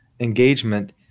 engagement